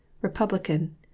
Republican